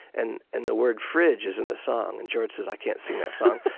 and and the word fridge is in the song. and george says, i can't sing that song.